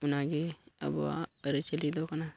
ᱚᱱᱟᱜᱮ ᱟᱵᱚᱣᱟᱜ ᱟᱹᱨᱤᱪᱟᱹᱞᱤ ᱫᱚ ᱠᱟᱱᱟ